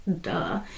duh